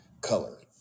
color